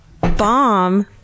bomb